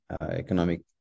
economic